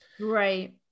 Right